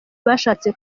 bashatse